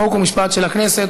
חוק ומשפט של הכנסת.